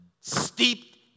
steeped